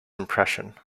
impression